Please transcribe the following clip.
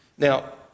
Now